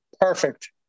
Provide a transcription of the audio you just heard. Perfect